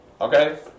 Okay